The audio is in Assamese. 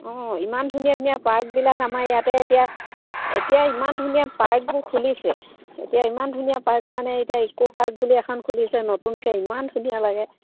অঁ ইমান ধুনীয়া ধুনীয়া পাৰ্কবিলাক আমাৰ ইয়াতে এতিয়া এতিয়া ইমান ধুনীয়া পাৰ্কবোৰ খুলিছে এতিয়া ইমান ধুনীয়া পাৰ্ক মানে এতিয়া ইক' পাৰ্ক বুলি এখন খুলিছে নতুনকৈ ইমান ধুনীয়া লাগে